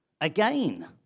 Again